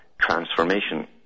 transformation